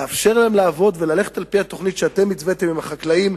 לאפשר להם לעבוד וללכת על-פי התוכנית שאתם התוויתם עם החקלאים,